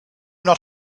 not